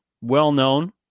well-known